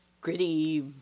gritty